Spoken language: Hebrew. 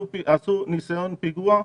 צריך שיהיה אותו דבר גם פה: אם עשו ניסיון פיגוע,